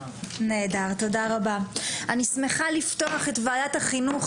אני שמחה לפתוח את וועדת החינוך,